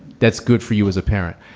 that's good for you as a parent.